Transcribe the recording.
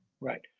Right